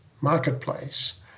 marketplace